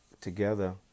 together